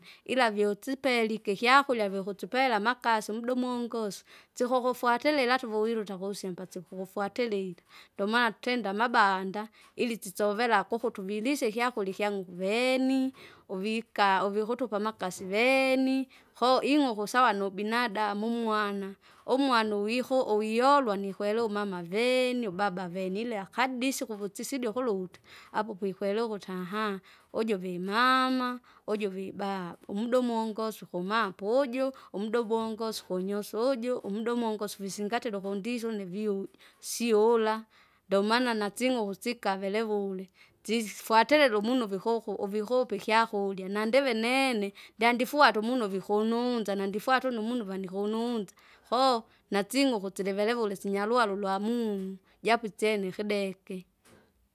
Ila vyotsipelike ikyakurya vyokutsipela amakasi umuda umunguse, sikukufuatilila atauvuwile utakusimba sikukufuatilile. Ndomana tenda amabanda, ilisisovela kuku tuvilise ikyakurya ikya ng'uku veeni, uvika uvika utupa amakasi veeni, koo ing'uku sawa nubinadamu umwana, umwana uwihu- uwiholwa nikwelewa umama veni, ubaba veni ilea ikadisi ukutsisidie ukuluta. Apaukikwelewa ukuti aahaa! uju vimaama, uju vibaaba, umuda umungusywe ukuma pouju! umuda ubungusu ukunyusu uju umudu umungusu visingatira ukundisya une viuja siula, ndomana nasing'o ukusikavele vule. Sizifuatilile umunu vikuku uvikupa ikyakurya nandive nene, ndyandifwata umuno vikununza nandifuata une umunu vanikununza. Koo, nasing'uku tsilevule sinyaluhala ulwamumu, japo isyene ikideke.